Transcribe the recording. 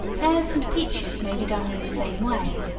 pears and peaches may be done in the same way,